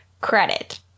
credit